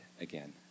again